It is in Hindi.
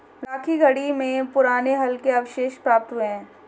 राखीगढ़ी में पुराने हल के अवशेष प्राप्त हुए हैं